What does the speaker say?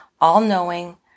all-knowing